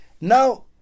Now